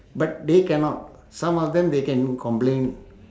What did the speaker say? but they cannot some of them they can complain